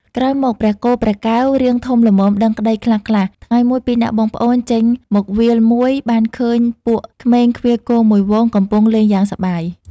ក្រោយមក ព្រះគោ ព្រះកែវ រាងធំល្មមដឹងក្ដីខ្លះៗ ថ្ងៃមួយពីរនាក់បងប្អូនចេញមកវាលមួយបានឃើញពួកក្មេងឃ្វាលគោមួយហ្វូងកំពុងលេងយ៉ាងសប្បាយ ។